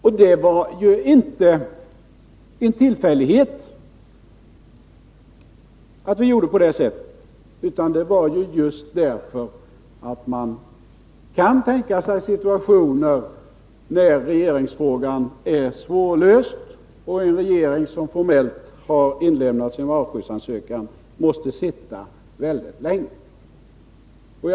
Och det var ju inte en tillfällighet att vi gjorde på det sättet, utan det var just därför att man kan tänka sig situationer när regeringsfrågan är svårlöst och en regering som formellt har inlämnat sin avskedsansökan måste sitta kvar mycket länge.